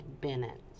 Bennett